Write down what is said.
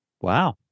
Wow